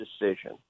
decision